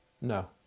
No